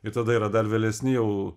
ir tada yra dar vėlesni jau